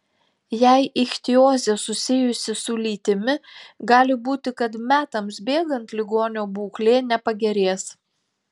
jei ichtiozė susijusi su lytimi gali būti kad metams bėgant ligonio būklė nepagerės